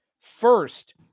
First